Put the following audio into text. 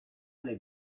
alle